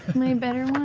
my better one?